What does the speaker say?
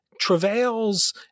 travails